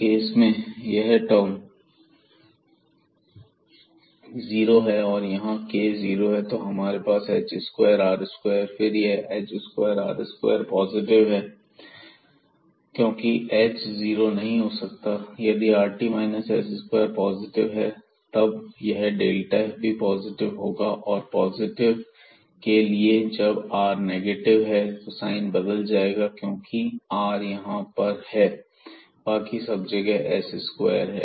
इस केस में यह टर्म जीरो है और यहां k जीरो है तो हमारे पास h2 r2 है फिर से यह h2 r2 पॉजिटिव टर्म है और क्योंकि h जीरो नहीं हो सकता यदि rt s2 पॉजिटिव है तब यह f भी पॉजिटिव होगा और पॉजिटिव के लिए और जब r नेगेटिव है साइन बदल जाएगा क्योंकि r यहां पर है बाकी सभी जगह s स्क्वायर है